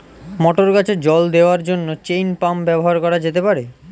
মটর গাছে জল দেওয়ার জন্য চেইন পাম্প ব্যবহার করা যেতে পার?